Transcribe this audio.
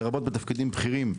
לרבות בתפקידים בכירים.